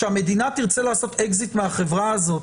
שהמדינה תרצה לעשות אקזיט מהחברה הזאת,